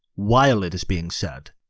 while it is being said.